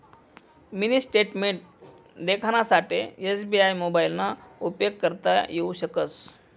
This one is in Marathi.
मिनी स्टेटमेंट देखानासाठे एस.बी.आय मोबाइलना उपेग करता येऊ शकस